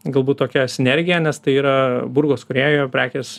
galbūt tokia sinergija nes tai yra burgos kūrėjo prekės